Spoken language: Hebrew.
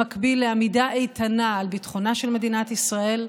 במקביל לעמידה איתנה על ביטחונה של מדינת ישראל,